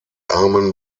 armen